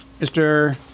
Mr